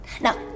Now